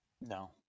No